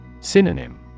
Synonym